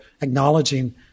acknowledging